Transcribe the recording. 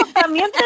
también